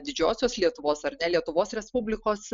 didžiosios lietuvos ar ne lietuvos respublikos